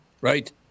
Right